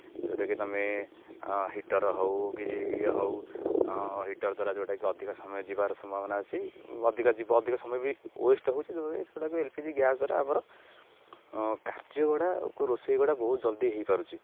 ଯେଉଁଟାକି ତୁମେ ହିଟର୍ ହେଉ କି ଇଏ ହେଉ ହିଟର୍ ଦ୍ୱାରା ଯେଉଁଟା କିି ଅଧିକ ସମୟ ଯିବାର ସମ୍ଭାବନା ଅଛି ଅଧିକ ଯିବ ଅଧିକ ସମୟ ବି ୱେଷ୍ଟ୍ ହେଉଛି ଯେଉଁ ସେଗୁଡ଼ାକ ଏଲ୍ ପି ଜି ଗ୍ୟାସ୍ ଦ୍ୱାରା ଆମର କାର୍ଯ୍ୟଗୁଡ଼ା ରୋଷେଇ ଗୁଡ଼ା ବହୁତ ଜଲ୍ଦି ହୋଇପାରୁଛି